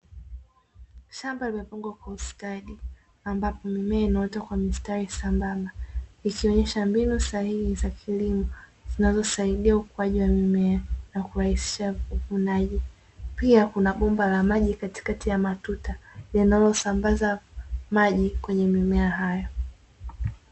Shamba limepangwa kwa ustadi, ambapo mimea inaota kwa mistari sambamba, ikionyesha mbinu sahihi za kilimo zinazosaidia ukuaji wa mimea na kurahisisha uvunaji, pia kuna bomba la maji katikati ya matuta linalosambaza maji katika mimea hiyo.